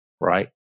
right